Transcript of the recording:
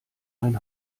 ein